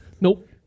Nope